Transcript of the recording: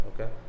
okay